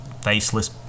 faceless